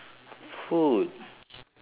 food